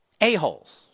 a-holes